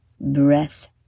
breath